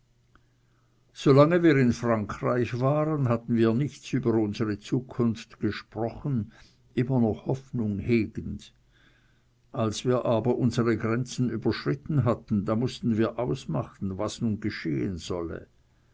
lange wir in frankreich waren hatten wir nichts über unsere zukunft gesprochen immer noch hoffnung hegend als wir aber unsere grenzen überschritten hatten da mußten wir ausmachen was nun geschehen solle